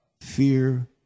fear